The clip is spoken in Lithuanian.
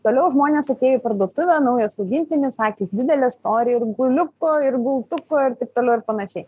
toliau žmonės atėję į parduotuvę naujas augintinis akys didelės noti ir guoliuko ir gultuko ir taip toliau ir panašiai